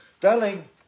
darling